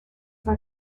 fue